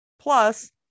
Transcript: Plus